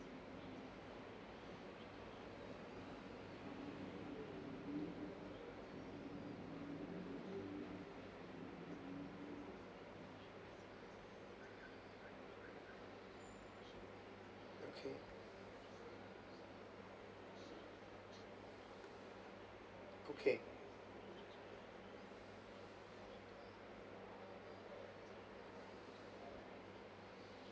okay okay